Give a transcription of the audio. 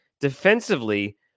defensively